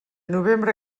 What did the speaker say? novembre